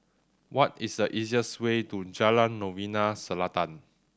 what is the easiest way to Jalan Novena Selatan